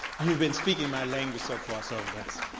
you've been speaking my language so far. so